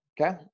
okay